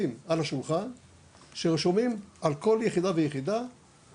אני מסב שתי יחידות במקביל במקום אחת אחרי השנייה.